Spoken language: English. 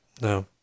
No